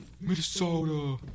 Minnesota